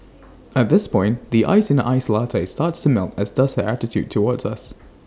at this point the ice in her iced latte starts to melt as does her attitude towards us